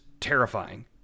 terrifying